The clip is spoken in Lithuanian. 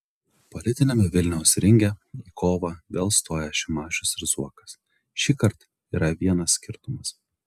politiniame vilniaus ringe į kovą vėl stoja šimašius ir zuokas šįkart yra vienas skirtumas